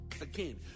Again